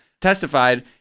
testified